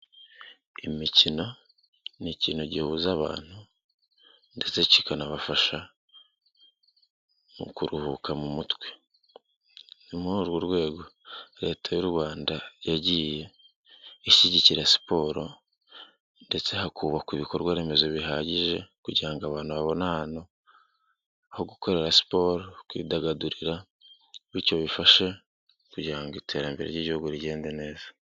Imikino ni ikintu gihuza abantu ndetse kikanabafasha mu kuruhuka mu mutwe. Ni muri urwo rwego leta y'u Rwanda yagiye ishyigikira siporo ndetse hakubakwa ibikorwa remezo bihagije kugira abantu babone ahantu ho gukorera siporo, kwidagadurira bityo bifasha kugira ngo iterambere ry'igihugu rigende neza.